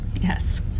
Yes